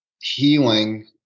healing